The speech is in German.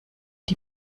die